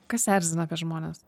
kas erzina apie žmones